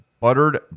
buttered